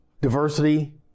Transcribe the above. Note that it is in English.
Diversity